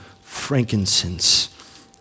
frankincense